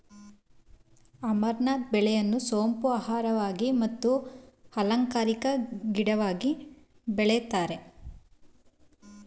amaranth ಬೆಳೆಯನ್ನು ಸೊಪ್ಪು, ಆಹಾರವಾಗಿ ಮತ್ತು ಅಲಂಕಾರಿಕ ಗಿಡವಾಗಿ ಬೆಳಿತರೆ